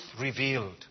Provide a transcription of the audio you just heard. revealed